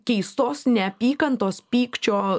keistos neapykantos pykčio